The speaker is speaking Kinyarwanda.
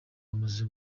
bamaze